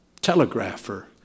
telegrapher